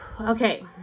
okay